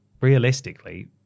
realistically